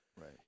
Right